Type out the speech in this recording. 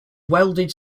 welded